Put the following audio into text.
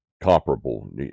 comparable